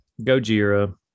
Gojira